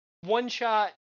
one-shot